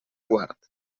guard